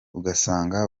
ugasanga